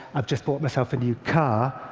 i've just bought myself a new car.